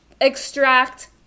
extract